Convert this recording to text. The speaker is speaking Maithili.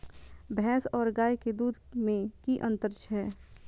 भैस और गाय के दूध में कि अंतर छै?